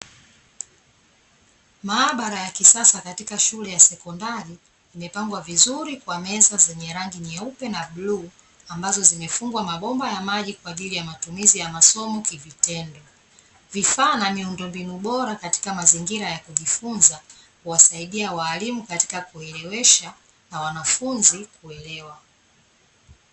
Maabara ya kisasa katika shule ya sekondari imepangwa vizuri kwa meza zenye rangi nyeupe na bluu ambazo zimefungwa mabomba ya maji kwa ajili ya matumizi ya masomo kivitendo, vifaa na miundombinu bora katika mazingira ya kujifunza huwasaidia walimu katika kuelewesha na wanafunzi kuelewa.